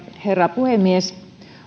herra puhemies